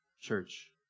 Church